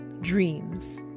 Dreams